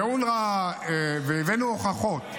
הבאנו הוכחות.